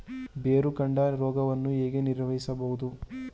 ಬೇರುಕಾಂಡ ರೋಗವನ್ನು ಹೇಗೆ ನಿರ್ವಹಿಸಬಹುದು?